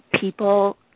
People